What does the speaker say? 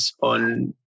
on